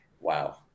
Wow